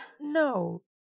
No